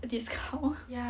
discount